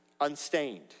unstained